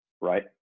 right